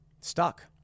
stuck